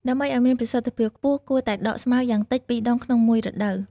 ដើម្បីឱ្យមានប្រសិទ្ធភាពខ្ពស់ គួរតែដកស្មៅយ៉ាងតិច ២ ដង ក្នុងមួយរដូវ។